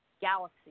galaxy